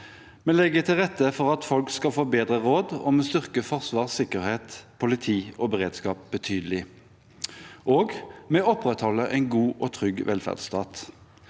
Vi legger til rette for at folk skal få bedre råd. Vi styrker forsvar, sikkerhet, politi og beredskap betydelig, og vi opprettholder en god og trygg velferdsstat.